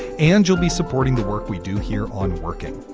and you'll be supporting the work we do here on working.